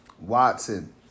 Watson